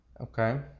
okay